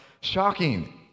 shocking